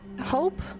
hope